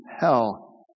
hell